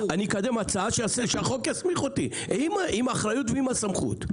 אני אקדם הצעה שהחוק יסמיך אותי עם אחריות ועם הסמכות.